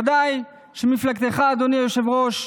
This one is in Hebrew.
ודאי שכשמפלגתך, אדוני היושב-ראש,